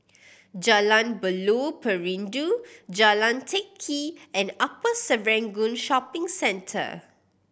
Jalan Buloh Perindu Jalan Teck Kee and Upper Serangoon Shopping Centre